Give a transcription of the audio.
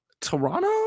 Toronto